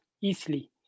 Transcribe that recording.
easily